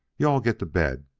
you-all get to bed.